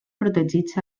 protegits